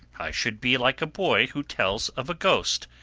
i should be like a boy who tells of a ghost,